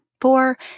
Four